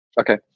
Okay